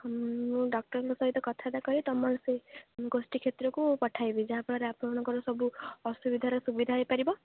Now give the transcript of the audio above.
ମୁଁ ଡକ୍ଟରଙ୍କ ସହିତ କଥାବାର୍ତ୍ତା କରି ତୁମ ସେ ଗୋଷ୍ଠୀ କ୍ଷେତ୍ରକୁ ପଠାଇବି ଯାହାଫଳରେ ଆପଣଙ୍କର ସବୁ ଅସୁବିଧାର ସୁବିଧା ହେଇପାରିବ